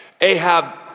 Ahab